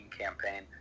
campaign